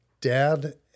Dad